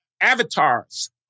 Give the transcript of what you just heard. avatars